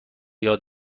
یاد